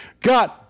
God